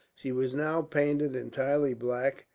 she was now painted entirely black,